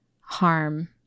harm